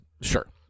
Sure